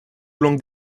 l’angle